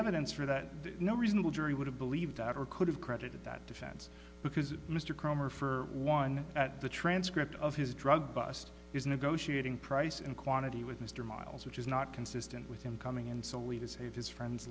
evidence for that no reasonable jury would have believed or could have credited that defense because mr kromer for one at the transcript of his drug bust is negotiating price and quantity with mr miles which is not consistent with him coming in solely to save his friend's